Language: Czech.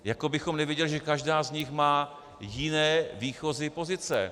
Jako bychom nevěděli, že každá z nich má jiné výchozí pozice.